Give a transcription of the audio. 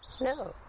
No